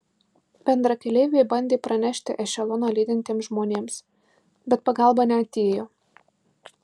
bendrakeleiviai bandė pranešti ešeloną lydintiems žmonėms bet pagalba neatėjo